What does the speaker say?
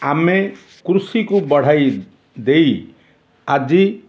ଆମେ କୃଷିକୁ ବଢ଼ାଇ ଦେଇ ଆଜି